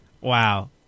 Wow